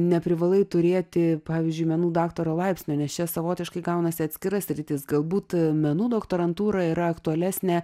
neprivalai turėti pavyzdžiui menų daktaro laipsnio nes čia savotiškai gaunasi atskira sritis galbūt menų doktorantūra yra aktualesnė